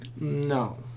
No